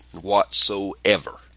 whatsoever